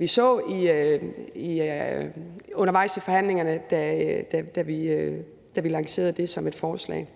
vi så undervejs i forhandlingerne, da vi lancerede det som et forslag.